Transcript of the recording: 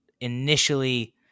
initially